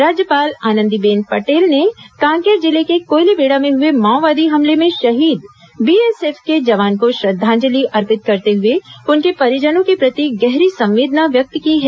राज्यपाल आनंदीबेन पटेल ने कांकेर जिले के कोयलीबेड़ा में हए माओवादी हमले में शहीद बीएसएफ के जवान को श्रद्दांजलि अर्पित करते हुए उनके परिजनों के प्रति गहरी संवेदना व्यक्त की है